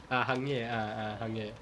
ah 行业 ah ah 行业